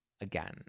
again